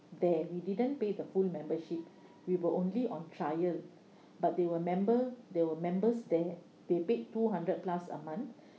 there we didn't pay the full membership we were only on trial but they were member they were members there they paid two hundred plus a month